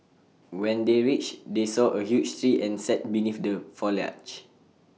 when they reached they saw A huge tree and sat beneath the foliage